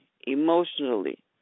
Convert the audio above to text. emotionally